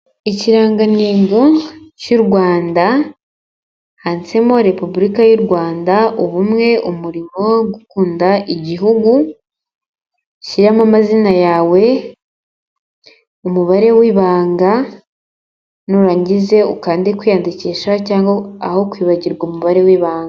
Ikirangantego cy'u Rwanda, handitsemo repubulika y'u Rwanda ubumwe, umurimo gukunda igihugu, ushyiremo amazina yawe, umubare w'ibanga, nurangiza ukande kwiyandikisha cyangwa aho kwibagirwa umubare w'ibanga.